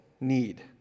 need